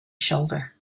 shoulder